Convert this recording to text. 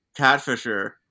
catfisher